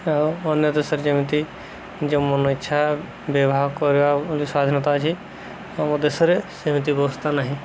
ଆଉ ଅନ୍ୟ ଦେଶରେ ଯେମିତି ଯେଉଁ ମନ ଇଚ୍ଛା ବ୍ୟବାହାର କରିବା ବୋଲି ସ୍ୱାଧୀନତା ଅଛି ଆମ ଦେଶରେ ସେମିତି ବ୍ୟବସ୍ଥା ନାହିଁ